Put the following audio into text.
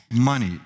money